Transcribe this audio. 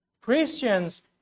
Christians